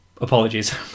Apologies